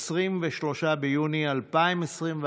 23 ביוני 2021,